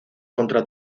contra